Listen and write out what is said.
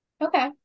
Okay